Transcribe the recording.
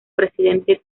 presidente